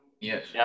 Yes